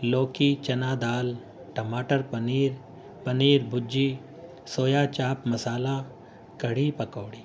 لوکی چنا دال ٹماٹر پنیر پنیر بھجی سویا چاپ مسالہ کرھی پکوڑی